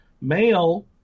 male—